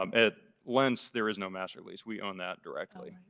um at lentz there's no master lease we own that directly.